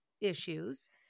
issues